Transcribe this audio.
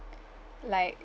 like